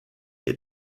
est